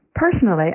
Personally